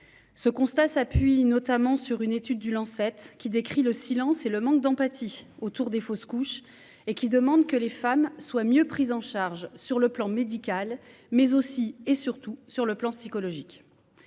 Ce constat s'appuie notamment sur une étude du, qui décrit le silence et le manque d'empathie autour des fausses couches et qui demande une meilleure prise en charge des femmes non seulement sur le plan médical, mais aussi et surtout sur le plan psychologique.